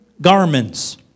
garments